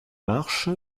marche